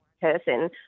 person